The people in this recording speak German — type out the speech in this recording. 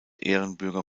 ehrenbürger